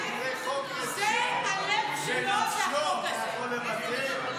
זה החוק שלו, זה בנפשו, הוא יכול לוותר?